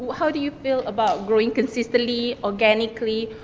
how do you feel about growing consistently, organically,